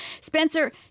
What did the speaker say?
Spencer